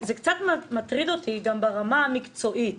זה מטריד אותי, גם ברמה המקצועית,